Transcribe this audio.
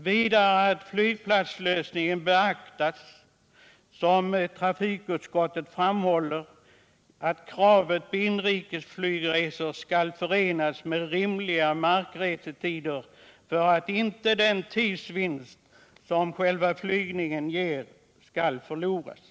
Vidare måste vidflygs — platslösningen beaktas, som trafikutskottet framhåller, kravet att inri — Flygplatsfrågan i kesflygresor skall förenas med rimliga markresetider för att inte den tids — Stockholmsregiovinst som själva flygningen ger skall förloras.